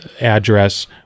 address